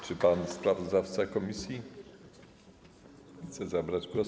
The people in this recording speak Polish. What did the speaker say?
Czy pan sprawozdawca komisji chce zabrać głos?